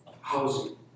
housing